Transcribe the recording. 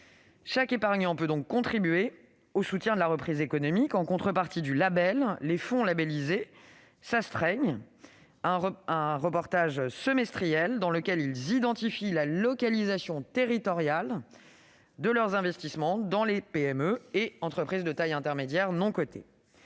chaque épargnant peut donc contribuer au soutien de la reprise économique. En contrepartie du label, les fonds labellisés s'astreignent à effectuer un reportage semestriel dans lequel ils identifient la localisation territoriale de leurs investissements dans les PME et entreprises de taille intermédiaire non cotées.